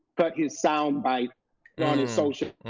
cut his sound by on his social